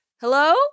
Hello